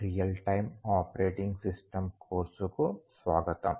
real time operating system కోర్సుకు స్వాగతం